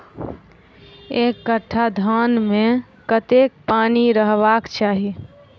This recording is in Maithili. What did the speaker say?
एक कट्ठा धान मे कत्ते पानि रहबाक चाहि?